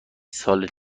سال